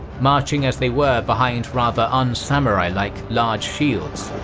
marching as they were behind rather un-samurai-like large shields.